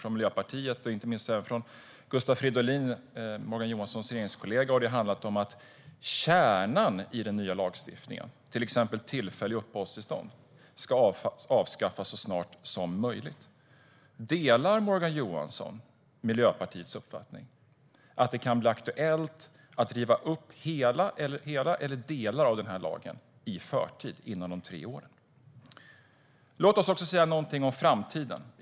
För Miljöpartiet och inte minst för Morgan Johanssons regeringskollega Gustav Fridolin har det i stället handlat om att kärnan i den nya lagstiftningen, till exempel tillfälliga uppehållstillstånd, ska avskaffas så snart som möjligt. Delar Morgan Johansson Miljöpartiets uppfattning att det kan bli aktuellt att riva upp hela eller delar av den här lagen i förtid innan de tre åren har gått? Låt oss också säga något om framtiden.